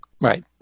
right